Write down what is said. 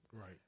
Right